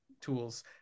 tools